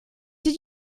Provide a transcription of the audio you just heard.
did